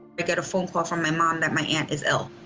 i get a phone call from my mom that my aunt is ill.